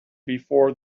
before